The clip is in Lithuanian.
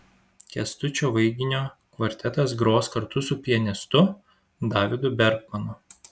kęstučio vaiginio kvartetas gros kartu su pianistu davidu berkmanu